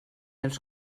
els